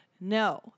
no